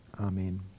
Amen